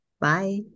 Bye